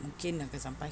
mungkin akan sampai